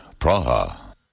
Praha